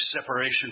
separation